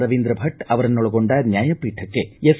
ರವೀಂದ್ರ ಭಟ್ ಅವರನ್ನೊಳಗೊಂಡ ನ್ವಾಯಪೀಠಕ್ಕೆ ಎಸ್